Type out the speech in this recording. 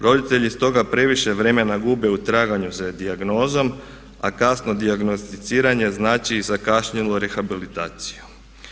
Roditelji stoga previše vremena gube u traganju za dijagnozom, a kasno dijagnosticiranje znači i zakašnjelu rehabilitaciju.